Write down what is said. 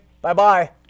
Bye-bye